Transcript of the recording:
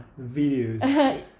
Videos